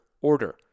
order